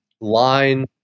line